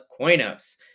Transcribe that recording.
Coinos